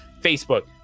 Facebook